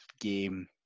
game